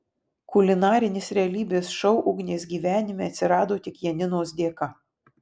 kulinarinis realybės šou ugnės gyvenime atsirado tik janinos dėka